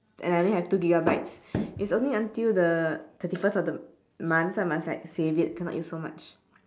and I think I have two gigabytes is only until the thirty first of the month so I must like save it cannot use so much